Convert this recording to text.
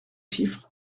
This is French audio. chiffres